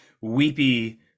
weepy